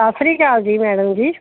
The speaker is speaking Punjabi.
ਸਤਿ ਸ਼੍ਰੀ ਅਕਾਲ ਜੀ ਮੈਡਮ ਜੀ